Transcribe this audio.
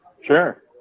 Sure